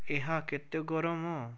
ଏହା କେତେ ଗରମ